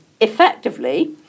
effectively